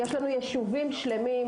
יש לנו יישובים שלמים,